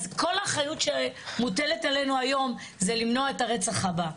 אז כל האחריות שמוטלת עלינו היום זה למנוע את הרצח הבא,